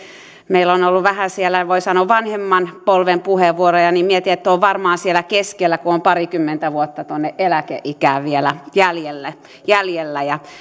meillä on on ollut vähän voi sanoa vanhemman polven puheenvuoroja niin mietin että olen varmaan siellä keskellä kun on parikymmentä vuotta tuonne eläkeikään vielä jäljellä jäljellä